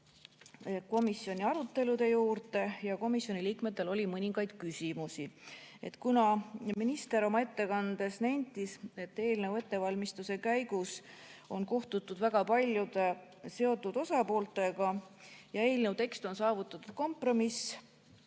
komisjoni arutelu juurde ja komisjoni liikmetel oli mõningaid küsimusi. Kuna minister oma ettekandes nentis, et eelnõu ettevalmistuse käigus on kohtutud väga paljude seotud osapooltega ja eelnõu tekst on kompromiss,